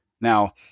Now